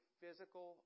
physical